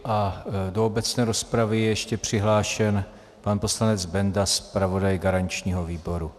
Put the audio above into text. A do obecné rozpravy je ještě přihlášen pan poslanec Benda, zpravodaj garančního výboru.